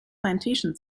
plantation